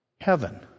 heaven